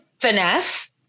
finesse